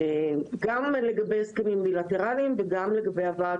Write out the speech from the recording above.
גם לגבי הסכמים בילטרליים וגם לגבי הבאת